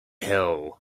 hill